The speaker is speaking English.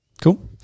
cool